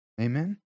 Amen